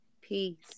Peace